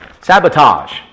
Sabotage